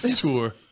tour